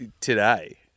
today